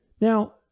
Now